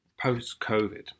post-Covid